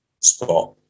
spot